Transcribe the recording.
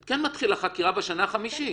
את כן מתחילה חקירה בשנה החמישית,